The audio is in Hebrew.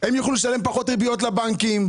הם יוכלו לשלם פחות ריביות לבנקים.